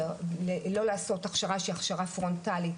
לא לעשות הכשרה שהיא הכשרה פרונטלית,